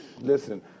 listen